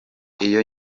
iyo